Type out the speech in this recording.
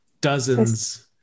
Dozens